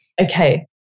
okay